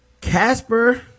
Casper